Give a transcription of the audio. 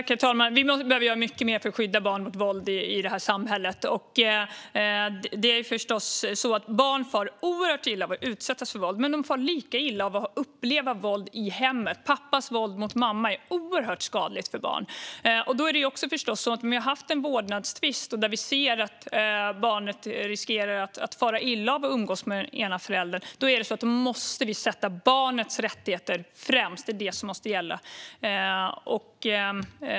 Herr talman! Vi behöver göra mycket mer för att skydda barn i det här samhället mot våld. Barn far förstås oerhört illa av att utsättas för våld, men de far lika illa av att uppleva våld i hemmet. Pappas våld mot mamma är oerhört skadligt för barn. Om vi i en vårdnadstvist ser att barnet riskerar att fara illa av att umgås med ena föräldern måste vi sätta barnets rättigheter främst. Det är det som måste gälla.